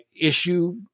issue